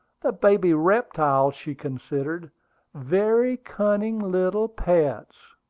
the baby reptiles she considered very cunning little pets.